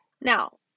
Now